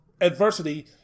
adversity